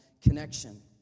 connection